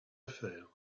affaire